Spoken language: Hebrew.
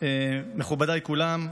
מכובדיי כולם,